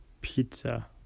Pizza